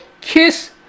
Kiss